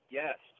yes